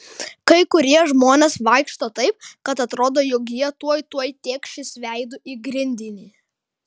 kai kurie žmonės vaikšto taip kad atrodo jog jie tuoj tuoj tėkšis veidu į grindinį